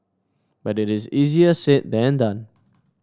but it is easier said than done